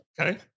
Okay